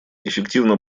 эффективно